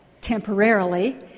temporarily